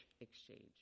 exchange